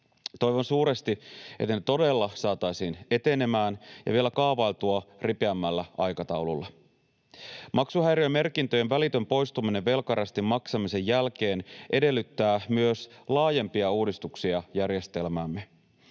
Toivon suuresti, että ne todella saataisiin etenemään ja vielä kaavailtua ripeämmällä aikataululla. Maksuhäiriömerkintöjen välitön poistuminen velkarästin maksamisen jälkeen edellyttää myös laajempia uudistuksia järjestelmäämme.